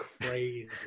crazy